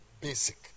basic